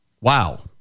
Wow